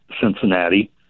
Cincinnati